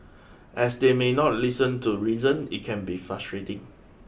as they may not listen to reason it can be frustrating